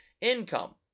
income